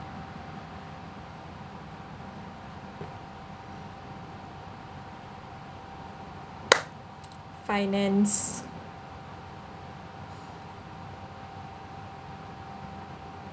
finance